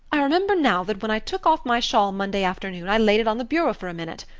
i remember now that when i took off my shawl monday afternoon i laid it on the bureau for a minute.